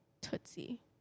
Tootsie